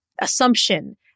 assumption